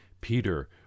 Peter